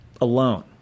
alone